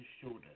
shoulder